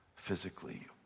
physically